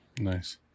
nice